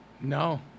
No